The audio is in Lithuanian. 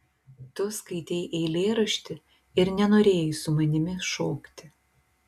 tu skaitei eilėraštį ir nenorėjai su manimi šokti